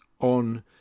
on